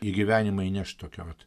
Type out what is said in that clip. į gyvenimą įnešt tokio vat